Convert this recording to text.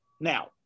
Now